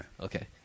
Okay